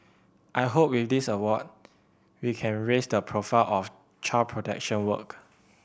I hope with this award we can raise the profile of child protection work